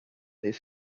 his